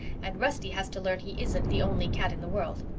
and rusty has to learn he isn't the only cat in the world.